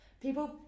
People